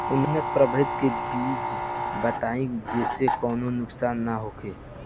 उन्नत प्रभेद के बीज बताई जेसे कौनो नुकसान न होखे?